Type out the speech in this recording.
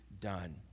done